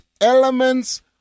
elements